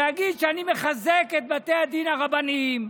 ולהגיד: אני מחזק את בתי הדין הרבניים,